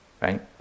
right